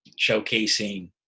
showcasing